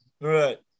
right